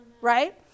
right